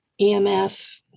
EMF